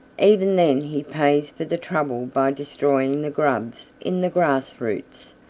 even then he pays for the trouble by destroying the grubs in the grass roots,